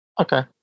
Okay